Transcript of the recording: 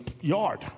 yard